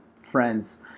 friends